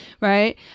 right